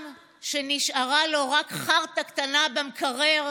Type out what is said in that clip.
עם שנשארה לו רק חרטא קטנה במקרר,